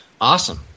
Awesome